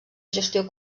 gestió